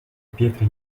pietre